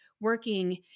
working